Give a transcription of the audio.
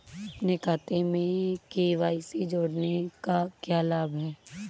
अपने खाते में के.वाई.सी जोड़ने का क्या लाभ है?